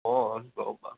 ओ अस्तु होबा